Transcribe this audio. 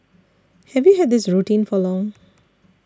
have you had this routine for long